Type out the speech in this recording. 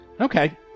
Okay